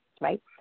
right